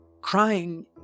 crying